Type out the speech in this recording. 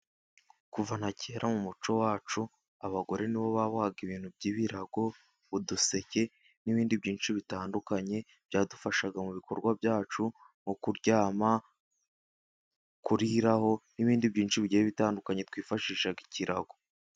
Kuva na kera mu muco wacu abagore ni bo babohaga ibintu by'ibirago, uduseke n'ibindi byinshi bitandukanye, byadufashaga mu bikorwa byacu, mu kuryama, kuriraho n'ibindi byinshi bigiye bitandukanye twifashishaga ikirago.